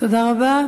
תודה רבה.